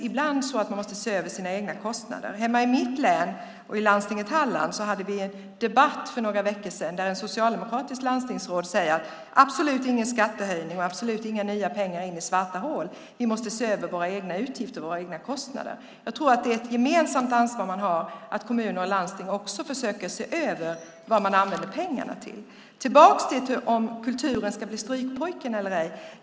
Ibland måste man se över sina kostnader. I mitt län, i landstinget i Halland, hade vi för några veckor sedan en debatt där ett socialdemokratiskt landstingsråd sade: Absolut ingen skattehöjning och absolut inga nya pengar in i svarta hål. Vi måste se över våra egna utgifter och kostnader. Jag tror att det är ett gemensamt ansvar här. Det handlar alltså om att också kommuner och landsting försöker se över vad pengarna används till. Jag kommer tillbaka till det som sades om kulturen som strykpojke eller ej.